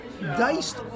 diced